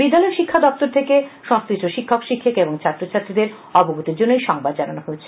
বিদ্যালয় শিক্ষা দপ্তর থেকে আজ সংশ্লিষ্ট শিক্ষক শিক্ষিকা ও ছাত্রছাত্রীদের অবগতির জন্য এই সংবাদ জানানো হয়